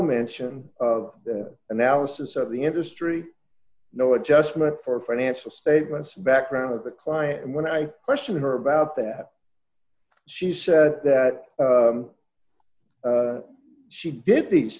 mention of analysis of the industry no adjustment for financial statements background of the client and when i question her about that she said that she did these